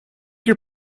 your